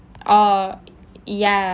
oh ya